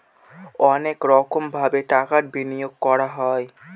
অনেক রকমভাবে টাকা বিনিয়োগ করা হয়